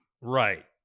Right